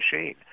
machine